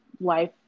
Life